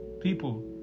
people